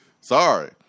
Sorry